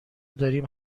داریم